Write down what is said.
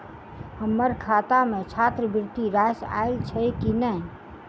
हम्मर खाता मे छात्रवृति राशि आइल छैय की नै?